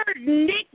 Nick